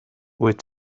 wyt